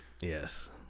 Yes